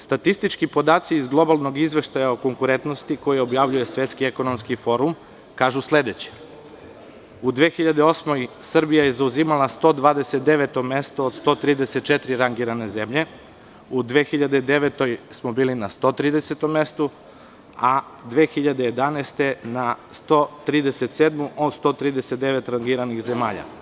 Statistički podaci iz globalnog izveštaja o konkurentnosti koji objavljuje Svetski ekonomski forum kažu sledeće -u 2008. godini Srbija je zauzimala 129 mesto od 134 rangirane zemlje, u 2009. godini smo bili na 130 mestu, a 2011. godine na 137 od 139 rangiranih zemalja.